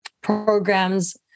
programs